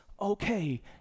okay